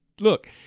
Look